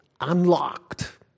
unlocked